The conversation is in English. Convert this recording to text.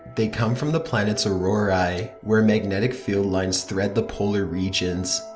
they come from the planet's aurorae, where magnetic field lines thread the polar regions.